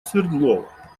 свердлова